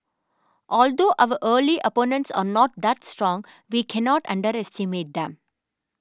although our early opponents are not that strong we cannot underestimate them